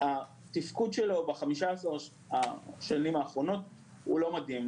התפקוד שלו ב-15 השנים האחרונות הוא לא מדהים.